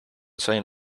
sain